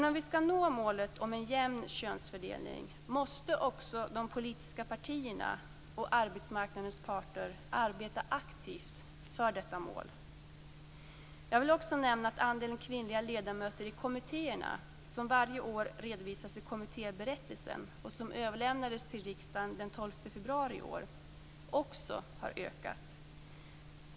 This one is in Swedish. Om vi skall uppnå målet om en jämn könsfördelning, måste också de politiska partierna och arbetsmarknadens parter arbeta aktivt för detta mål. Andelen kvinnliga ledamöter i kommittéerna, som redovisas varje år i kommittéberättelsen, och som överlämnades till riksdagen den 12 februari i år, också har ökat.